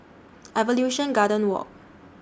Evolution Garden Walk